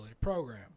program